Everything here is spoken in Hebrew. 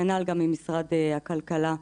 כנ"ל גם ממשרד הכלכלה,